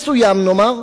מסוים, נאמר,